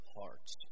hearts